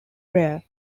rare